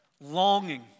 Longing